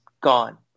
gone